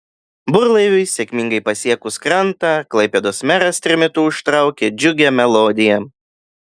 burlaiviui sėkmingai pasiekus krantą klaipėdos meras trimitu užtraukė džiugią melodiją